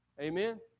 Amen